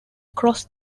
cross